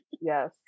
Yes